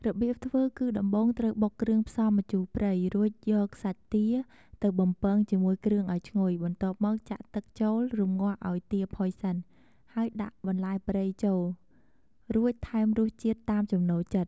របៀបធ្វើគឺដំបូងត្រូវបុកគ្រឿងផ្សំម្ជូរព្រៃ រួចយកសាច់ទាទៅបំពងជាមួយគ្រឿងឱ្យឈ្ងុយ បន្ទាប់មកចាក់ទឹកចូល រម្ងាស់ឱ្យទាផុយសិន ហើយដាក់បន្លែព្រៃចូល រួចថែមរសជាតិតាមចំណូលចិត្ត។